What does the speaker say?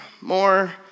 more